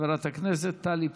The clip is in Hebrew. חברת הכנסת טלי פלוסקוב.